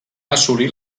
assolir